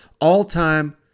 all-time